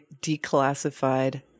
declassified